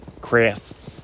Chris